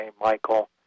Michael